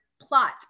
plot